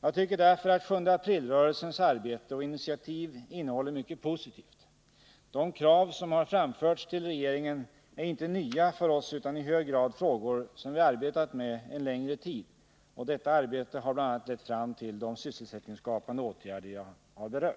Jag tycker därför att 7 april-rörelsens arbete och initiativ innehåller mycket positivt. De krav som har framförts till regeringen är inte nya för oss utan i hög grad frågor som vi arbetat med en längre tid, och detta arbete har bl.a. lett fram till de sysselsättningsskapande åtgärder jag här berört.